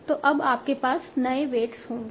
तो अब आपके पास नए वेट्स होंगे